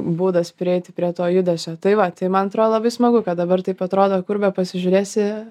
būdas prieiti prie to judesio tai va tai man antrodo labai smagu kad dabar taip atrodo kur bepasižiūrėsi